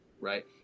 right